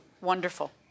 Wonderful